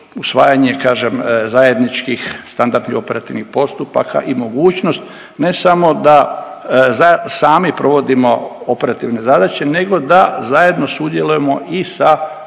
usvajanje, kažem, zajedničkih standardi operativnih postupaka i mogućnost, ne samo da sami provodimo operativne zadaće nego da zajedno sudjelujemo i sa